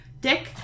Dick